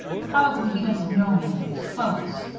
probably he doesn't know me in these clothes.